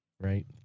Right